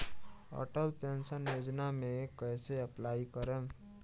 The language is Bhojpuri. अटल पेंशन योजना मे कैसे अप्लाई करेम?